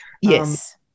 Yes